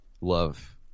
love